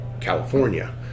California